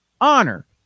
honor